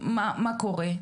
מה קורה?